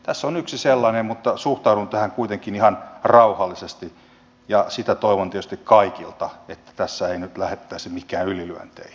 tässä on yksi sellainen mutta suhtaudun tähän kuitenkin ihan rauhallisesti ja sitä toivon tietysti kaikilta että tässä ei nyt lähdettäisi mihinkään ylilyönteihin